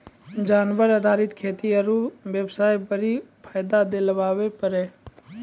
जानवर आधारित खेती आरू बेबसाय बड्डी फायदा दिलाबै पारै